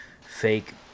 fake